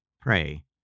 pray